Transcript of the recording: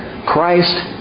Christ